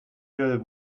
will